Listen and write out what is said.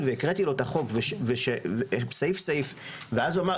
והקראתי לו את החוק סעיף-סעיף ואז הוא אמר,